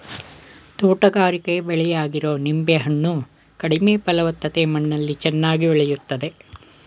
ತೋಟಗಾರಿಕೆ ಬೆಳೆಯಾಗಿರೊ ನಿಂಬೆ ಹಣ್ಣು ಕಡಿಮೆ ಫಲವತ್ತತೆ ಮಣ್ಣಲ್ಲಿ ಚೆನ್ನಾಗಿ ಬೆಳಿತದೆ